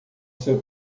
seu